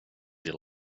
dir